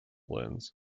lens